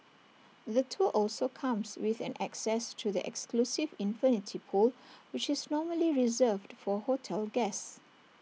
the tour also comes with an access to the exclusive infinity pool which's normally reserved for hotel guests